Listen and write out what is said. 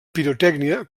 pirotècnia